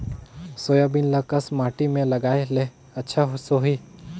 Soybean ल कस माटी मे लगाय ले अच्छा सोही?